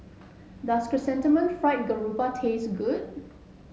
does Chrysanthemum Fried Garoupa taste good